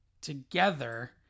together